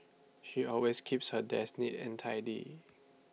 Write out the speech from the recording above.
she always keeps her desk neat and tidy